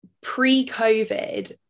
pre-covid